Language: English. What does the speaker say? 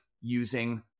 using